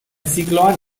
zikloan